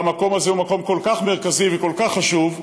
והמקום הזה הוא מקום כל כך מרכזי וכל כך חשוב,